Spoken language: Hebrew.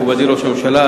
מכובדי ראש הממשלה,